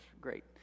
great